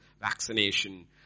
vaccination